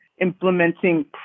implementing